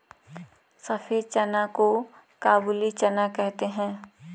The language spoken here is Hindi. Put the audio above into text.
सफेद चना को काबुली चना कहते हैं